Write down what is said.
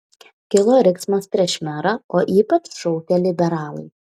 kilo riksmas prieš merą o ypač šaukė liberalai